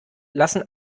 lassen